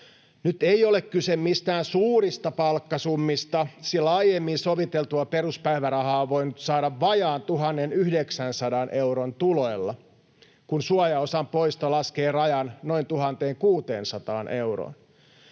Nyt ei ole kyse mistään suurista palkkasummista, sillä aiemmin soviteltua peruspäivärahaa on voinut saada vajaan 1 900 euron tuloilla, kun suojaosan poisto laskee rajan noin 1 600 euroon.